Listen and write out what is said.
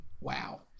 wow